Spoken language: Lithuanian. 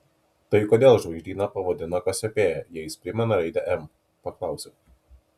tai kodėl žvaigždyną pavadino kasiopėja jei jis primena raidę m paklausiau